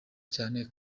cyane